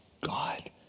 God